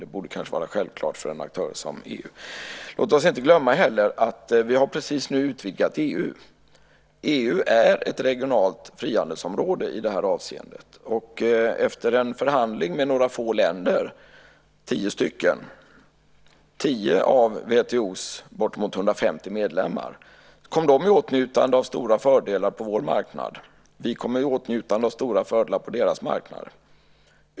Det borde kanske vara självklart för en aktör som EU. Låt oss inte heller glömma att vi nu precis har utvidgat EU. EU är ett regionalt frihandelsområde i det här avseendet. Efter en förhandling med några få länder, tio stycken, av WTO:s bortemot 150 medlemmar kom de i åtnjutande av stora fördelar på vår marknad. Vi kom i åtnjutande av stora fördelar på deras marknad.